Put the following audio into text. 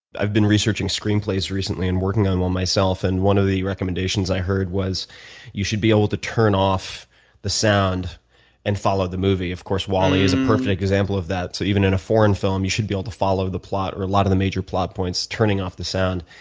i've been researching screenplays recently and working on one myself, and one of the recommendations i heard was you should be able to turn off the sound and follow the movie of course wall-e is a perfect example of that. so even in a foreign film, you should be able to follow the plot, or a lot of the major plot points turning off the sound.